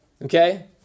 Okay